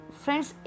friends